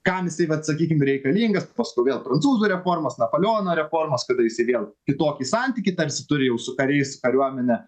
kam jisai vat sakykim reikalingas paskui vėl prancūzų reformos napoleono reformos kada jisai vėl kitokį santykį tarsi turi jau su kariais su kariuomene